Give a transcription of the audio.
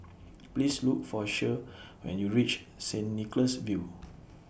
Please Look For Cher when YOU REACH Saint Nicholas View